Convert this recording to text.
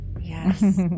yes